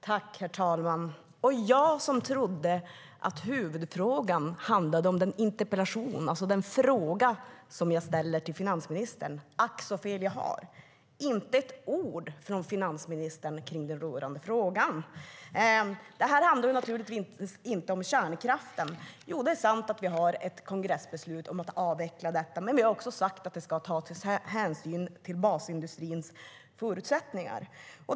Herr talman! Jag trodde att huvudfrågan handlade om den interpellation, den fråga, som jag ställde till finansministern. Ack så fel jag hade. Det var inte ett ord från finansministern kring den frågan. Det här handlar naturligtvis inte om kärnkraften. Jo, det är sant att vi har ett kongressbeslut om att avveckla. Men vi har också sagt att det ska tas hänsyn till basindustrins förutsättningar.